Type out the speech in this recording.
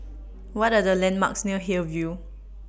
What Are The landmarks near Hillview